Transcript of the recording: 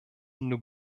nur